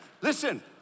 Listen